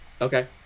Okay